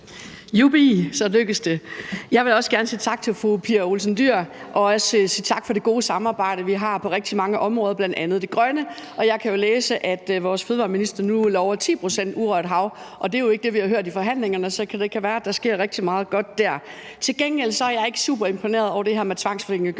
Jeg vil også gerne sige tak til fru Pia Olsen Dyhr, og også sige tak for det gode samarbejde, vi har på rigtig mange områder, bl.a. det grønne. Jeg kan jo læse, at vores fødevareminister nu lover 10 pct. urørt hav, og det er jo ikke det, vi har hørt i forhandlingerne, så det kan være, at der sker rigtig meget godt dér. Til gengæld er jeg ikke superimponeret over det her med tvangsfordelingen